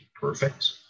perfect